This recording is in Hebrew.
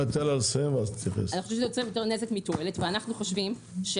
אנו חושבים,